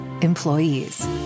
employees